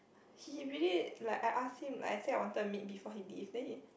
he really like I ask him like I say I wanted to meet before he leave then he